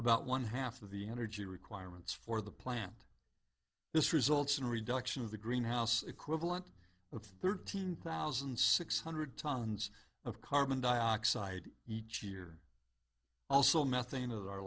about one half of the energy requirements for the plant this results in a reduction of the greenhouse equivalent of thirteen thousand six hundred tons of carbon dioxide each year also methane